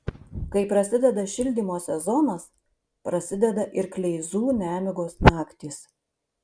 kai prasideda šildymo sezonas prasideda ir kleizų nemigos naktys